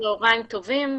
צוהריים טובים.